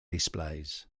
displays